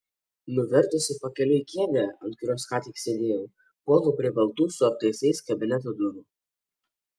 nuvertusi pakeliui kėdę ant kurios ką tik sėdėjau puolu prie baltų su aptaisais kabineto durų